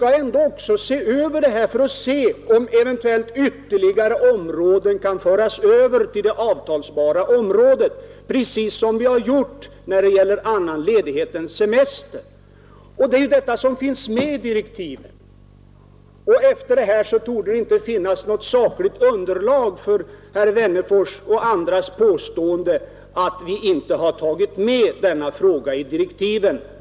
Förhandlingsutredningen skall dock se om eventuellt ytterligare saker kan föras över till det avtalsbara området, precis som vi har gjort när det gäller arbetstidens förläggning. Det är detta som finns klart angivet i Nr 20 direktiven. Torsdagen den Efter det här torde det inte finnas något sakligt underlag för 10 februari 1972 påståenden från herr Wennerfors och andra att vi har förbisett denna fråga.